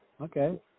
Okay